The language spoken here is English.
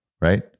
right